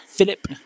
Philip